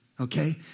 okay